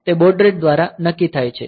તે baud rate દ્વારા નક્કી થાય છે